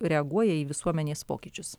reaguoja į visuomenės pokyčius